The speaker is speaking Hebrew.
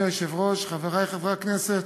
אדוני היושב-ראש, חברי חברי הכנסת,